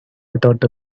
without